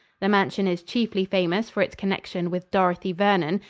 the mansion is chiefly famous for its connection with dorothy vernon,